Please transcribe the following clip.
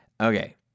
Okay